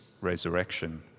resurrection